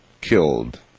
killed